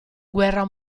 guerra